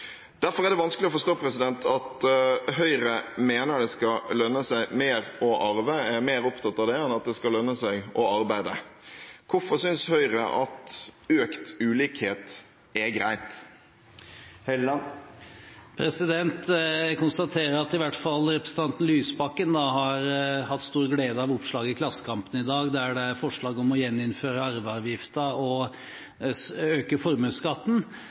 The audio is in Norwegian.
Derfor er det vanskelig å forstå at Høyre mener at det skal lønne seg mer å arve, er mer opptatt av det, enn at det skal lønne seg å arbeide. Hvorfor synes Høyre at økt ulikhet er greit? Jeg konstaterer at i hvert fall representanten Lysbakken har hatt stor glede av oppslaget i Klassekampen i dag, der det er forslag om å gjeninnføre arveavgiften og øke formuesskatten.